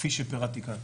כפי שפירטתי כאן.